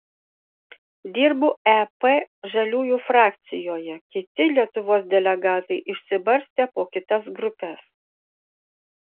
dirbu ep žaliųjų frakcijoje kiti lietuvos delegatai išsibarstę po kitas grupes